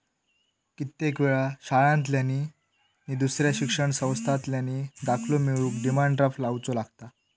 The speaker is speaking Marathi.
कित्येक वेळा शाळांतल्यानी नि दुसऱ्या शिक्षण संस्थांतल्यानी दाखलो मिळवूक डिमांड ड्राफ्ट लावुचो लागता